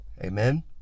Amen